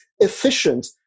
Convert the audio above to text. efficient